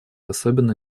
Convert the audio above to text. особенно